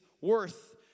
worth